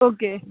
okay